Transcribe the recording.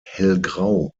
hellgrau